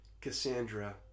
Cassandra